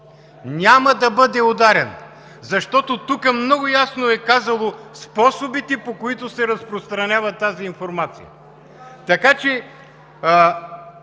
Няма да бъде ударен, защото тук много ясно е казано: способите, по които се разпространява тази информация,